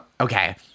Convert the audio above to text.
Okay